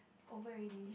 over already